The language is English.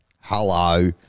Hello